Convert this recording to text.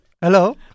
Hello